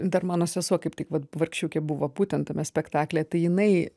dar mano sesuo kaip tik vat vargšiukė buvo būtent tame spektaklyje tai jinai